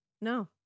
No